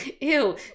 Ew